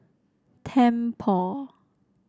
tempur